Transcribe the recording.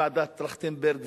ועדת-טרכטנברג,